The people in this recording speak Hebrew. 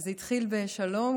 וזה התחיל ב"שלום,